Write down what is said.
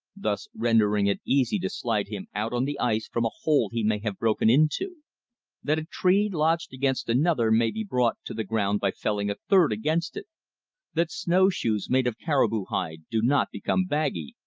thus rendering it easy to slide him out on the ice from a hole he may have broken into that a tree lodged against another may be brought to the ground by felling a third against it that snowshoes made of caribou hide do not become baggy,